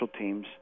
teams